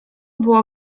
było